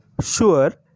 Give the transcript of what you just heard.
Sure